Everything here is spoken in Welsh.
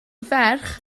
ferch